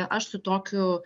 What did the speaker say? aš su tokiu